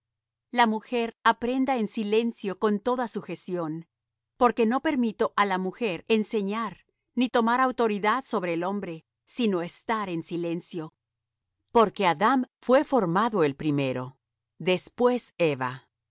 la mujer aprenda en silencio con toda sujeción porque no permito á la mujer enseñar ni tomar autoridad sobre el hombre sino estar en silencio porque adam fué formado el primero después eva